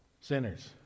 sinners